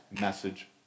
message